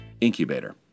Incubator